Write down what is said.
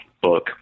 book